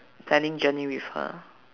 planning journey with her